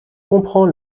comprends